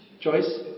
Joyce